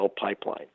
pipeline